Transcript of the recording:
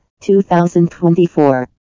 2024